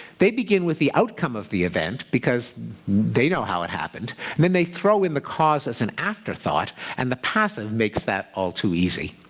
they begin with the outcome of the event, because they know how it happened. and then they throw in the cause as an afterthought, and the passive makes that all too easy.